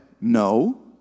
No